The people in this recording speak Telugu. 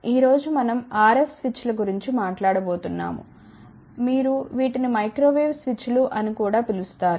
ఈ రోజు మనం RF స్విచ్ల గురించి మాట్లాడబోతున్నాము మీరు వీటిని మైక్రో వేవ్ స్విచ్లు అని కూడా పిలుస్తారు